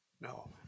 no